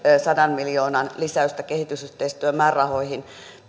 sadan miljoonan lisäystä kehitysyhteistyömäärärahoihin